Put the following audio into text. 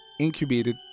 incubated